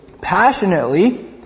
passionately